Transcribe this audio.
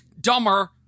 dumber